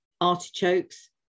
artichokes